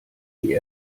die